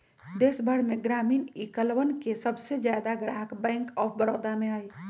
देश भर में ग्रामीण इलकवन के सबसे ज्यादा ग्राहक बैंक आफ बडौदा में हई